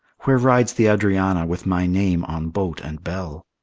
where rides the adrianna with my name on boat and bell?